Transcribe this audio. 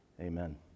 amen